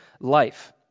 life